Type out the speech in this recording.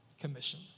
commission